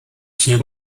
提供